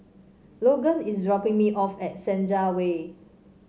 Logan is dropping me off at Senja Way